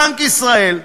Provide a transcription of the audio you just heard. בנק ישראל,